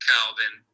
Calvin